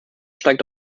steigt